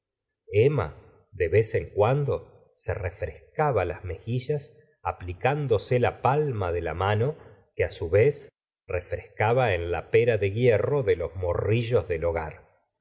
emma de vez en cuando se refrescaba las mejillas aplicándose la palma de la mano que su vez refrescaba en la pera de hierro de los morrillos del hogar se